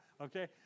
Okay